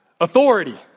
Authority